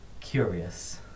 curious